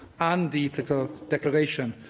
and the political declaration,